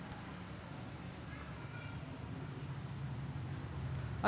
Atal pension योजनेद्वारे सरकार वृद्धांना आर्थिक मदत करते